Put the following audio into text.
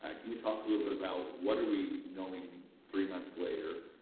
can we talk a little bit about what are we knowing three months later